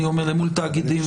למול תאגידים,